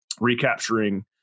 recapturing